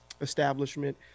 establishment